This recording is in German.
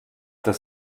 das